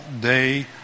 day